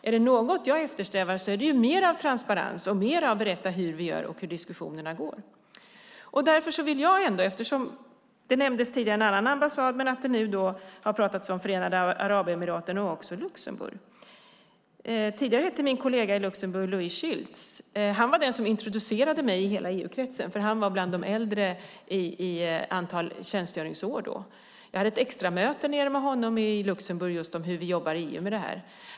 Är det något jag eftersträvar är det mer av transparens och mer av att berätta hur vi gör och hur diskussionerna går. Tidigare nämndes en annan ambassad, men nu har det pratats om Förenade Arabemiraten och Luxemburg. Tidigare hette min kollega i Luxemburg Jean-Louis Schiltz. Han var den som introducerade mig i hela EU-kretsen, för han var bland de äldre i antal tjänstgöringsår. Jag hade ett extramöte med honom nere i Luxemburg om hur vi jobbar i EU med detta.